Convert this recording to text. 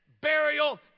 burial